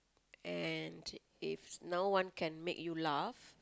and if no one can make you laugh